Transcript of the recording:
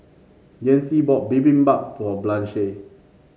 Yancy bought Bibimbap for Blanche